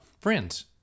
Friends